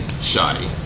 Shoddy